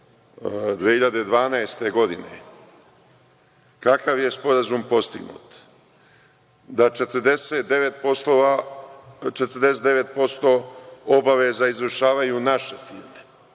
2012. godine? Kakav je sporazum postignut? Da, 49% obaveza izvršavaju naše firme,